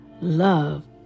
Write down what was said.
love